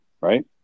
Right